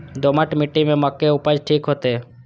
दोमट मिट्टी में मक्के उपज ठीक होते?